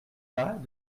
pas